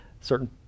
certain